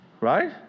Right